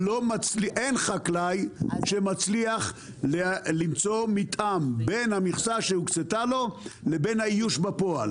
אין חקלאי שמצליח למצוא מתאם בין המכסה שהוקצתה לו לבין האיוש בפועל.